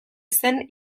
zen